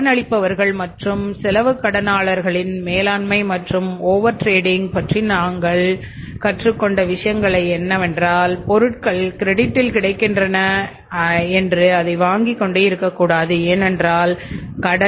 கடனளிப்பவர்கள் மற்றும் செலவுக் கடனாளர்களின் மேலாண்மை மற்றும் ஓவர் டிரேடிங்கைப் கிடைக்கின்றன என்று அதை வாங்கிக் கொண்டே இருக்கக்கூடாது ஏனென்றால் அது கடன்